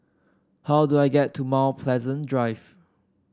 how do I get to Mount Pleasant Drive